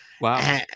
Wow